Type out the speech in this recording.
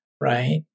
right